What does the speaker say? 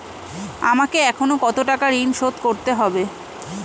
আমাকে এখনো কত টাকা ঋণ শোধ করতে হবে?